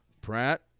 Pratt